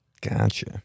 Gotcha